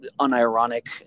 unironic